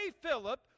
Philip